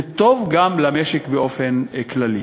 זה טוב גם למשק באופן כללי.